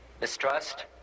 mistrust